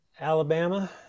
Alabama